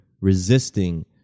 resisting